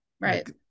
Right